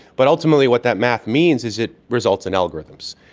but ultimately what that math means is it results in algorithms,